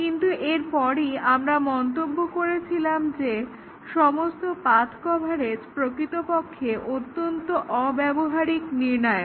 কিন্তু এরপরই আমরা মন্তব্য করেছিলাম যে সমস্ত পাথ্ কভারেজ প্রকৃতপক্ষে অত্যন্ত অব্যবহারিক নির্ণায়ক